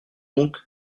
donc